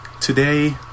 today